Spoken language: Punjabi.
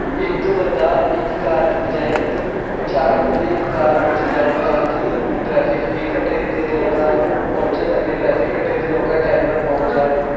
ਇੱਕ ਬੰਦਾ ਇੱਕ ਕਾਰ ਦੀ ਬਜਾਏ ਇੱਕ ਚਾਰ ਬੰਦੇ ਇੱਕ ਕਾਰ ਵਿੱਚ ਜਾਣ ਤਾਂ ਕਿ ਟ੍ਰੈਫਿਕ ਵੀ ਘਟੇ ਅਤੇ ਲੋਕਾਂ ਨੂੰ ਪਹੁੰਚਣ ਲੱਗੇ ਟ੍ਰੈਫਿਕ ਘਟੇ ਅਤੇ ਲੋਕਾਂ ਟਾਈਮ ਨਾਲ ਪਹੁੰਚ ਜਾਣ